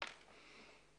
משרדית.